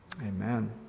Amen